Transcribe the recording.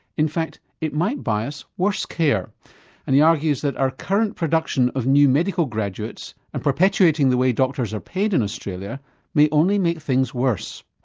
in fact it might buy us worse care and he argues that our current production of new medical graduates and perpetuating the way doctors are paid in australia may only make things worse.